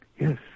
Yes